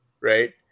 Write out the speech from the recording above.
Right